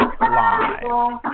live